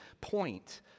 point